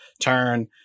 turn